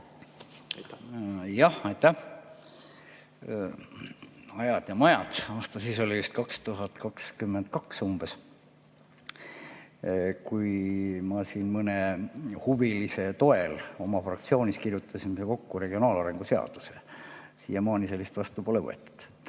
Ajad ja majad, aasta siis oli vist 2022 umbes, kui ma siin mõne huvilise toel oma fraktsioonist kirjutasin kokku regionaalarengu seaduse. Siiamaani sellist vastu pole võetud.